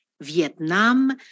Vietnam